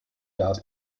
glas